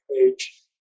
Page